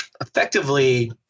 effectively